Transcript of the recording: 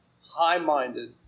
high-minded